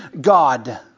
God